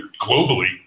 globally